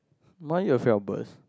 more you will feel burst